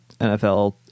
NFL